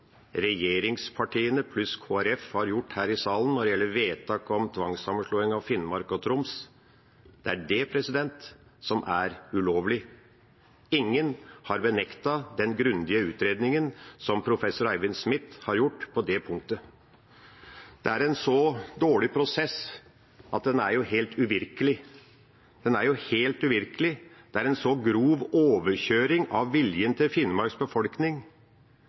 regjeringspartiene pluss Kristelig Folkeparti, har gjort her i denne salen når det gjelder vedtak om tvangssammenslåing av Finnmark og Troms, som er ulovlig. Ingen har benektet den grundige utredningen som professor Eivind Smith har gjort på det punktet. Det er en så dårlig prosess at den er helt uvirkelig. Det er en så grov overkjøring av viljen til Finnmarks befolkning,